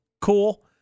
cool